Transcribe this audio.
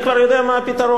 אני כבר יודע מה הפתרון.